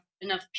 enough